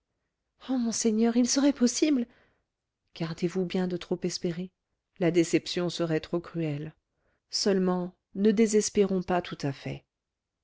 ah monseigneur il serait possible gardez-vous bien de trop espérer la déception serait trop cruelle seulement ne désespérons pas tout à fait